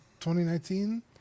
2019